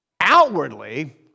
outwardly